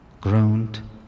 groaned